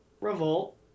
Revolt